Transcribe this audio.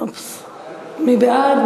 (תיקון מס' 73). מי בעד?